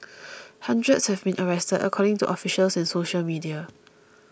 hundreds have been arrested according to officials and social media